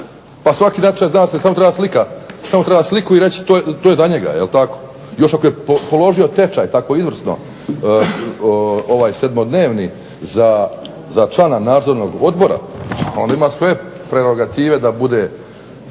Pa svaki natječaj zna se samo treba sliku i reći to je za njega. Još ako je položio tečaj tako izvrsno ovaj sedmodnevni za člana nadzornog odbora onda ima sve … da bude